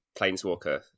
planeswalker